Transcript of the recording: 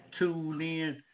TuneIn